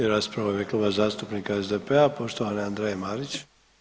I rasprava u ime Kluba zastupnika SDP-a poštovane Andreje Marić.